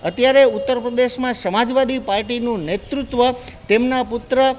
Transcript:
અત્યારે ઉત્તર પ્રદેશમાં સમાજવાદી પાર્ટીનું નેતૃત્વ તેમના પુત્ર